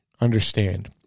understand